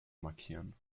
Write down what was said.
markieren